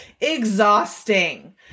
Exhausting